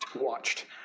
watched